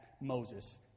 Moses